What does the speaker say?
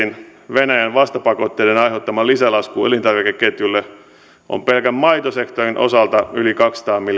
venäjän vastapakotteiden aiheuttama lisälasku elintarvikeketjulle on pelkän maitosektorin osalta yli kaksisataa miljoonaa euroa